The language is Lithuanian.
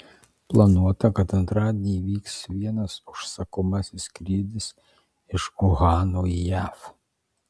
planuota kad antradienį įvyks vienas užsakomasis skrydis iš uhano į jav